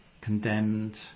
condemned